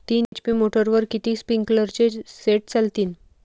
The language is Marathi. तीन एच.पी मोटरवर किती स्प्रिंकलरचे सेट चालतीन?